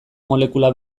molekula